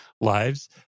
lives